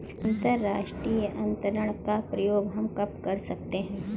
अंतर्राष्ट्रीय अंतरण का प्रयोग हम कब कर सकते हैं?